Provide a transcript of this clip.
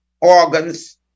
organs